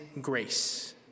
grace